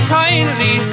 kindly